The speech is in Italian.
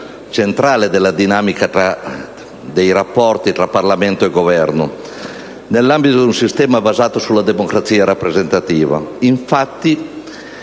Grazie,